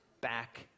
back